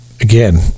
again